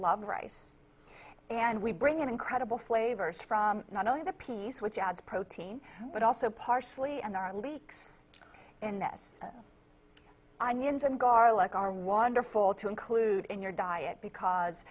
love rice and we bring in incredible flavors from not only the piece which adds protein but also parsley and there are leaks in this i knew and garlic are wonderful to include in your diet because